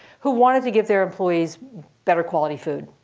who wanted to give their employees better quality food.